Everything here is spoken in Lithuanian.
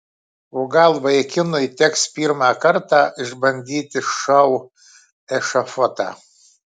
o gal vaikinui teks pirmą kartą išbandyti šou ešafotą